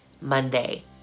Monday